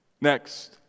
Next